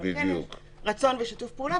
אבל כן יש רצון ושיתוף פעולה,